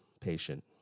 patient